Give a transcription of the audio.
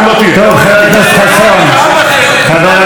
טוב, חבר הכנסת חסון, חבר הכנסת חסון.